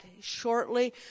shortly